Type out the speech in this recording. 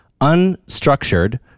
unstructured